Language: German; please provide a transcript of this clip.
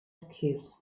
kiss